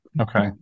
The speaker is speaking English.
Okay